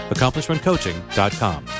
AccomplishmentCoaching.com